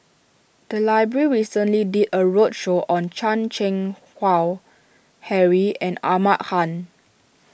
the library recently did a roadshow on Chan Keng Howe Harry and Ahmad Khan